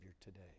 today